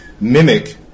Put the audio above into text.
mimic